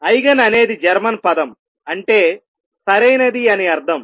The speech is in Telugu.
ఐగెన్ అనేది జర్మన్ పదం అంటే సరైనది అని అర్థం